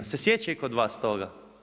Se sjećate i kod vas toga.